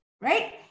right